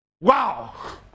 Wow